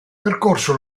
percorso